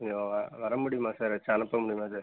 கொஞ்சம் வ வர முடியுமா சார் எதாச்சும் அனுப்ப முடியுமா சார்